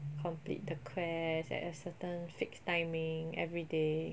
complete the quest at a certain fixed timing everyday